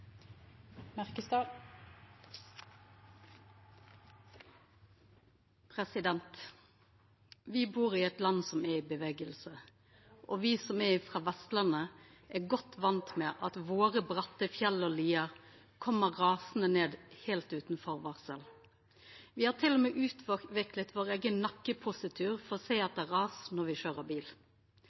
i bevegelse, og me som er frå Vestlandet, er godt vane med at dei bratte fjella og liene våre kjem rasande ned heilt utan førevarsel. Me har til og med utvikla vår eigen nakkepositur for å sjå etter ras når me køyrer bil.